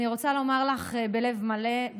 אני רוצה לומר לך בלב מלא,